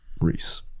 Reese